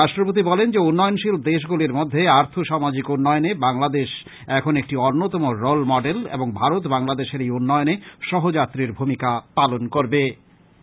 রাষ্ট্রপতি বলেন যে উন্নয়নশীল দেশ গুলির মধ্যে আর্থ সামাজিক উন্নয়নে বাংলাদেশ এখন একটি অন্যতম রোল মডেল এবং ভারত বাংলাদেশের এই উন্নয়নে সহ যাত্রীর ভূমিকা পালন করবে